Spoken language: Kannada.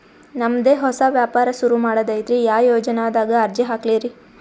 ನಮ್ ದೆ ಹೊಸಾ ವ್ಯಾಪಾರ ಸುರು ಮಾಡದೈತ್ರಿ, ಯಾ ಯೊಜನಾದಾಗ ಅರ್ಜಿ ಹಾಕ್ಲಿ ರಿ?